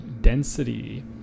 density